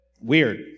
Weird